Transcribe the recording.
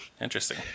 interesting